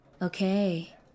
Okay